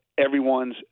everyone's